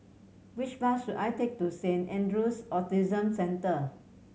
which bus should I take to Saint Andrew's Autism Centre